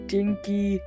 Dinky